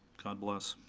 god bless,